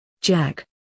Jack